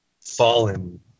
fallen